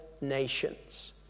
nations